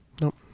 No